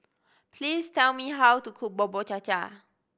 please tell me how to cook Bubur Cha Cha